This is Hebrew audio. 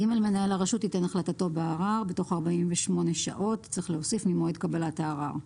מנהל הרשות ייתן החלטתו בערר בתוך 48 שעות ממועד קבלת הערר.